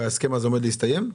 וההסכם הזה עומד להסתיים?